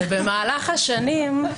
ובמהלך השנים,